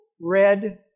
red